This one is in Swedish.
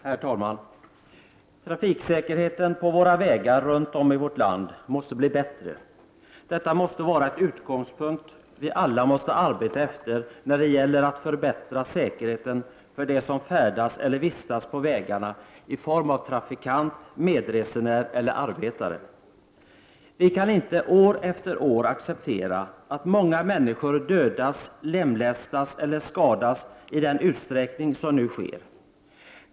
Herr talman! Trafiksäkerheten på våra vägar runt om i vårt land måste bli bättre. Detta måste vara en utgångspunkt som vi alla måste arbeta efter när det gäller att förbättra säkerheten för dem som färdas eller vistas på vägarna i egenskap av trafikant, medresenär eller arbetare. Vi kan inte år efter år acceptera att många människor dödas, lemlästas eller skadas i den utsträckning som nu sker.